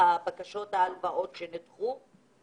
מתוך 10,800 בקשות, 60% הן בקשות שנדחו בישובים